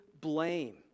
blame